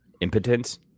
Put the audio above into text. Impotence